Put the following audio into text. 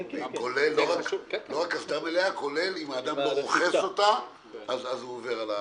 כולל אם האדם רוכס אותה - אז הוא עובר על התקנה.